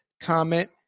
comment